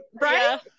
right